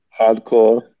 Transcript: Hardcore